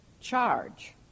charge